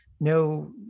no